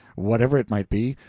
whatever it might be,